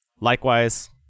Likewise